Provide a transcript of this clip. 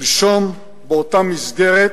שלשום, באותה מסגרת,